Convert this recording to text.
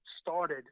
started